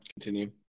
Continue